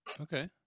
Okay